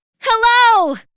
Hello